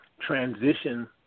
transition